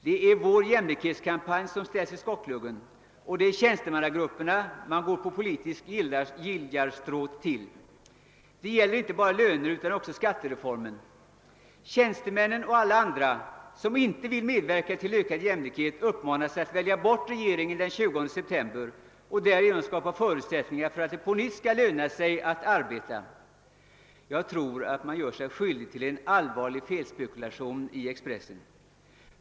Det är vår jämlikhetskampanj som ställs i skottgluggen, och det är till tjänstemannagrupperna tidningen går på politisk giljarstråt. Det gäller inte bara löneutan också skattereformen. Tjänstemännen och alla andra som vill medverka till ökad jämlikhet uppmanas att välja bort regeringen den 20 september och därigenom skapa förutsättningar för att det på nytt skall »löna sig att arbeta». Jag tror att Expressen gör sig skyldig till en allvarlig felspekulation.